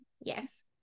yes